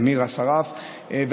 אמיר אסרף,